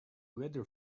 weather